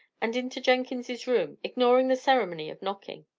and into jenkins's room, ignoring the ceremony of knocking.